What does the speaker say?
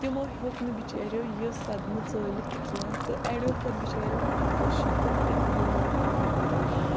تِمو ہیٚوٚک نہٕ بچاریو یہِ سَدمہٕ ژَٲلِتھ کیٚنٛہہ تہٕ اڑیو کٔر بِچاریو خۄدکٔشی تہٕ تِمو مٲرۍ پَنٕنۍ پان